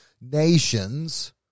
nations